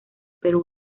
pero